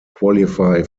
qualify